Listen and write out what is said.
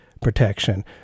protection